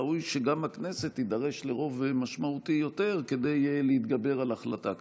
ראוי שגם הכנסת תידרש לרוב משמעותי יותר כדי להתגבר על החלטה כזו.